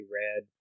red